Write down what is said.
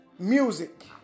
Music